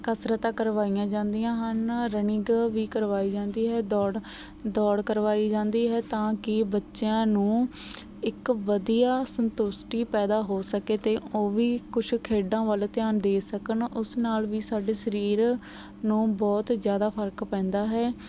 ਕਸਰਤਾਂ ਕਰਵਾਈਆਂ ਜਾਂਦੀਆਂ ਹਨ ਰਨਿੰਗ ਵੀ ਕਰਵਾਈ ਜਾਂਦੀ ਹੈ ਦੌੜ ਦੌੜ ਕਰਵਾਈ ਜਾਂਦੀ ਹੈ ਤਾਂ ਕਿ ਬੱਚਿਆਂ ਨੂੰ ਇੱਕ ਵਧੀਆ ਸੰਤੁਸ਼ਟੀ ਪੈਦਾ ਹੋ ਸਕੇ ਅਤੇ ਉਹ ਵੀ ਕੁਝ ਖੇਡਾਂ ਵੱਲ ਧਿਆਨ ਦੇ ਸਕਣ ਉਸ ਨਾਲ ਵੀ ਸਾਡੇ ਸਰੀਰ ਨੂੰ ਬਹੁਤ ਜ਼ਿਆਦਾ ਫਰਕ ਪੈਂਦਾ ਹੈ